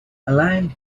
alain